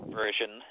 version